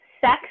sex